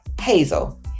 Hazel